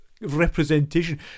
representation